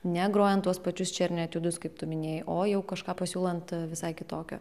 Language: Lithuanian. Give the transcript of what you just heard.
ne grojant tuos pačius černio etiudus kaip tu minėjai o jau kažką pasiūlant visai kitokio